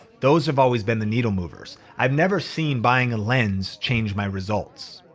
those have always been the needle movers. i've never seen buying a lens change my results.